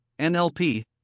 NLP